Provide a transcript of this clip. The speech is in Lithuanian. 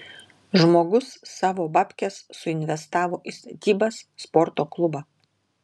žmogus savo babkes suinvestavo į statybas sporto klubą